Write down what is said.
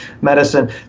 medicine